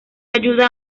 ayuda